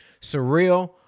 surreal